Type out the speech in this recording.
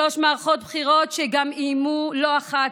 שלוש מערכות בחירות שגם איימו לא אחת